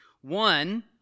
One